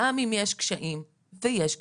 גם אם יש קשיים ויש קשיים,